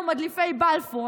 שכולנו מדליפי בלפור.